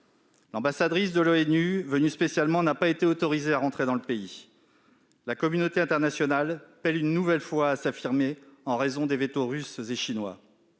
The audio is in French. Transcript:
L'ambassadrice de l'ONU, venue spécialement, n'a pas été autorisée à entrer dans le pays. La communauté internationale peine une nouvelle fois à s'affirmer, en raison des vétos russes et chinois.